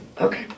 Okay